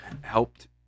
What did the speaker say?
helped